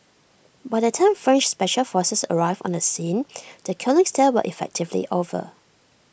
by the time French special forces arrived on the scene the killings there were effectively over